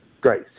Great